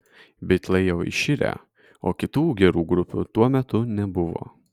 bitlai jau iširę o kitų gerų grupių tuo metu nebuvo